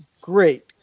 great